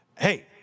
Hey